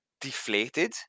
deflated